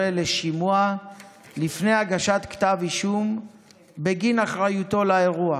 לשימוע לפני הגשת כתב אישום בגין אחריותו לאירוע.